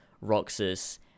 Roxas